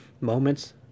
moments